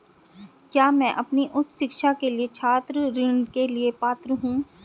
क्या मैं अपनी उच्च शिक्षा के लिए छात्र ऋण के लिए पात्र हूँ?